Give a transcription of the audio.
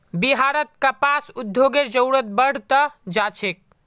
बिहारत कपास उद्योगेर जरूरत बढ़ त जा छेक